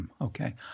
Okay